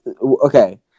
okay